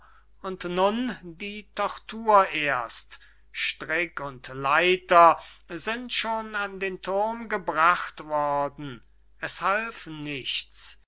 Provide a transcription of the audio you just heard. und nun die tortur erst strick und leiter sind schon an den thurm gebracht worden es half nichts